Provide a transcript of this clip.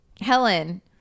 Helen